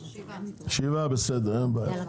שבעה בסדר אין בעיה,